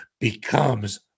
becomes